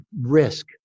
risk